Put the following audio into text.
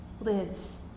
lives